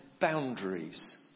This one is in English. boundaries